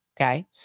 okay